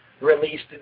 released